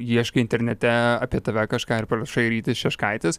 ieškai internete apie tave kažką ir parašai rytis šeškaitis